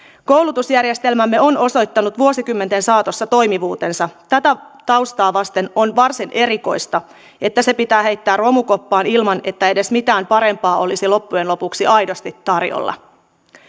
koulutusjärjestelmämme on osoittanut vuosikymmenten saatossa toimivuutensa tätä taustaa vasten on varsin erikoista että se pitää heittää romukoppaan ilman että edes mitään parempaa olisi loppujen lopuksi aidosti tarjolla